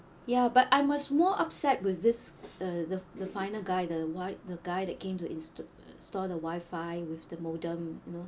ya but I most more upset with this uh the the final guy the what the guy that came to insta~ install the wifi with the modem you know